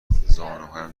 زانوهایم